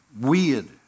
weird